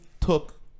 took